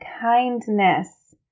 kindness